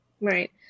right